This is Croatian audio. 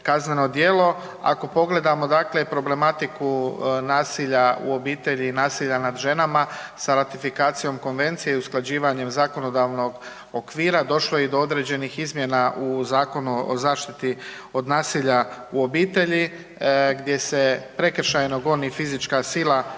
kazneno djelo. Ako pogledamo problematiku nasilja u obitelji i nasilja nad ženama sa ratifikacijom konvencije i usklađivanjem zakonodavnog okvira došlo je i do određenih izmjena u Zakonu o zaštiti od nasilja u obitelji gdje se prekršajno goni fizička sila